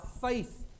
faith